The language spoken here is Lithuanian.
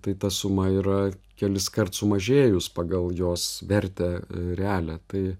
tai ta suma yra keliskart sumažėjus pagal jos vertę realią tai